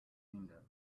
window